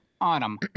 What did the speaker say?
autumn